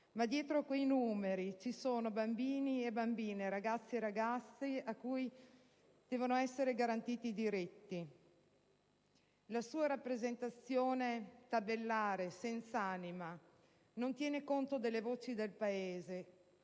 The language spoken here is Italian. Ma dietro quei numeri ci sono bambini e bambine, ragazzi e ragazze cui devono essere garantiti i diritti; la sua rappresentazione tabellare senz'anima non tiene conto delle voci del Paese,